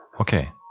Okay